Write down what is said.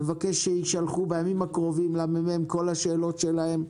מבקש שיישלחו בימים הקרובים לממ"מ כל השאלות שלהם,